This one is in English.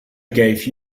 gave